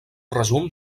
resum